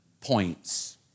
points